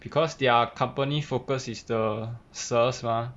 because their company focus is the 蛇 mah